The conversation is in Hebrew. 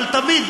אבל תמיד,